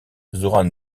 zoran